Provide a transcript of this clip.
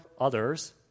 others